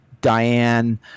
Diane